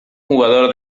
jugador